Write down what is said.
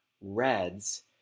Red's